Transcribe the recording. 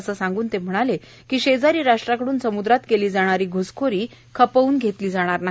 असं सांगून ते म्हणाले की शेजारी राष्ट्राकडून समुद्रात केली जाणारी घ्सखोरी खपवून घेतली जाणार नाही